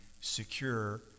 secure